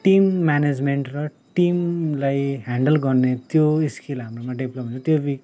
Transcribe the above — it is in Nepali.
टिम म्यानेजमेन्ट र टिमलाई ह्यान्डल गर्ने त्यो स्किल हाम्रोमा डेभलप हुन्छ त्यो